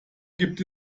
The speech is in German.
gibt